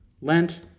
Lent